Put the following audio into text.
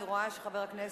אני רואה שחבר הכנסת,